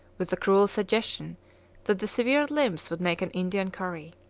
with a cruel suggestion that the severed limbs would make an indian curry.